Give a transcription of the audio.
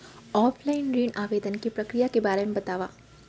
Offline ऋण आवेदन के प्रक्रिया के बारे म बतावव?